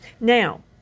Now